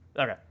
Okay